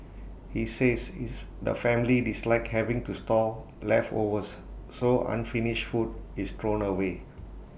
he says is the family dislike having to store leftovers so unfinished food is thrown away